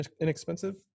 inexpensive